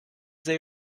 they